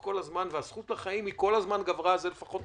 כל הזמן הזכות לחיים גברה על זה כל הזמן.